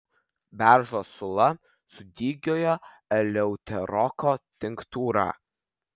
beržo sula su dygiojo eleuterokoko tinktūra